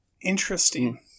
Interesting